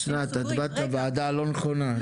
אסנת את באת לוועדה הלא נכונה,